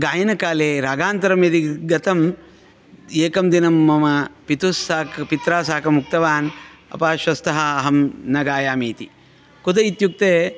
गायनकाले रागान्तरं यदि गतं एकं दिनं मम पितुस्साक पित्रा साकम् उक्तवान् पार्श्वस्थः अहं न गायामि इति कुत इत्युक्ते